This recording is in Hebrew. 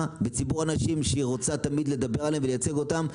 בציבור הנשים שהיא רוצה תמיד לדבר עליהן ולייצג אותן.